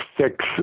six